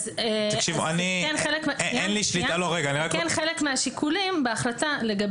אלה חלק מהשיקולים בהחלטה.